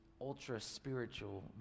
ultra-spiritual